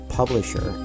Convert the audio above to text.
publisher